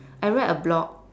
I read a blog